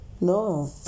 No